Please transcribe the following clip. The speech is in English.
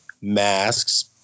masks